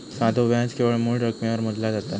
साधो व्याज केवळ मूळ रकमेवर मोजला जाता